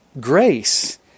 grace